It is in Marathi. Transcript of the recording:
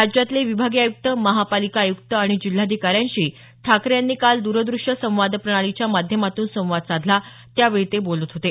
राज्यातले विभागीय आयुक्त महापालिका आयुक्त आणि जिल्हाधिकाऱ्यांशी ठाकरे यांनी काल दूरदूश्य संवाद प्रणालीच्या माध्यमातून संवाद साधला त्यावेळी ते बोलत होते